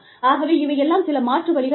ஆகவே இவை எல்லாம் சில மாற்று வழிகள் ஆகும்